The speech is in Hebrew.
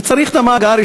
צריך את המאגר,